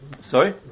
Sorry